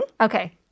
okay